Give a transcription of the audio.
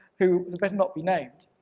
who better not be named,